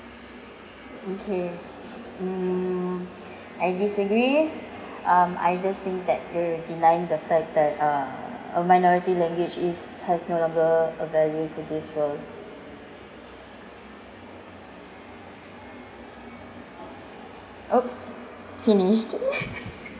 okay mm I disagree um I just think that you're denying the fact that uh uh minority language is has no longer a value to this world !oops! finished